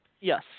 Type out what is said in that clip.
Yes